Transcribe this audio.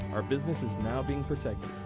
our business is now being protected.